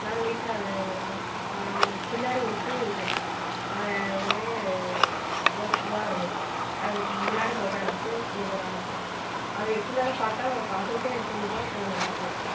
நல்லா நீட்டாக அதை எடுப்பேன் அந்த பின்னாடி ஒரு பூவு இருக்கும் அது ஒரே ரோஸ் பூவாக இருக்கும் அதுக்கு முன்னாடி ஃபோட்டா எடுத்து எனக்கு ஒரு ஆசை அதை எத்தனை தடவை பார்த்தாலும் அதை பார்த்துக்கிட்டே இருக்கணும் போல் தோணுது எனக்கு